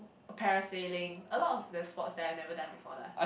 parasailing a lot of the sports that I never done before lah